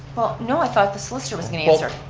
well, no, i thought the solicitor was going to answer.